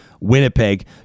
winnipeg